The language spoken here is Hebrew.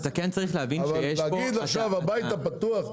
הבית הפתוח,